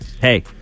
Hey